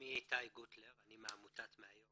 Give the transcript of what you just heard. אני מעמותת "מהיום".